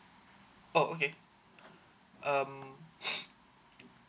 oh okay um